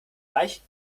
reicht